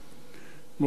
מורי ורבי,